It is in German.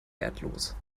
wertlos